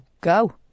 go